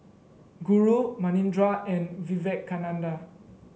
Guru Manindra and Vivekananda